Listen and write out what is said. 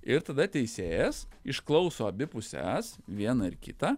ir tada teisėjas išklauso abi puses vieną ir kitą